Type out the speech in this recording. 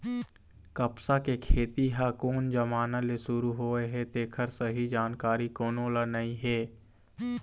कपसा के खेती ह कोन जमाना ले सुरू होए हे तेखर सही जानकारी कोनो ल नइ हे